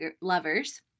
lovers